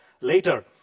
later